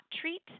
treat